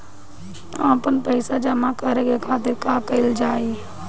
आपन पइसा जमा करे के खातिर का कइल जाइ?